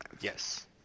Yes